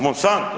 Monsanto?